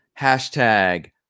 hashtag